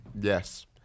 yes